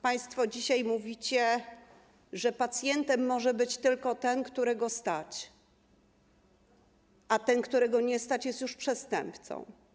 Państwo dzisiaj mówicie, że pacjentem może być tylko ten, którego stać, a ten, którego nie stać, jest już przestępcą.